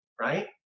right